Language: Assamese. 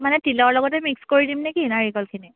মানে তিলৰ লগতে মিক্স কৰি দিম নে কি নাৰিকলখিনি